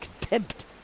contempt